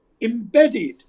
embedded